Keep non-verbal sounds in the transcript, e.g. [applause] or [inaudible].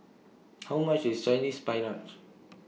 [noise] How much IS Chinese Spinach